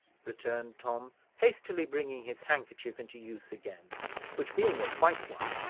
returned tom, hastily bringing his handkerchief into use again which, being a white one,